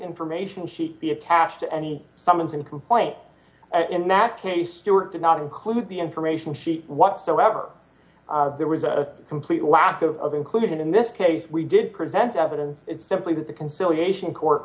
information sheet be attached to any summons and complaint in that case stewart did not include the information she whatsoever there was a complete lack of inclusion in this case we did present evidence it's simply that the conciliation court